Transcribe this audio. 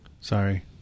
sorry